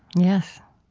yes.